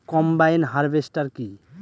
Combine harvester কি?